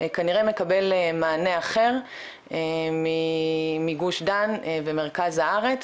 כנראה מקבל מענה אחר מגוש דן ומרכז הארץ